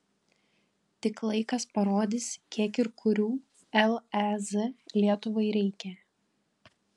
tik laikas parodys kiek ir kurių lez lietuvai reikia